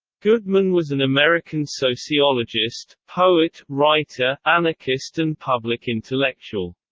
goodman was an american sociologist, poet, writer, anarchist and public intellectual.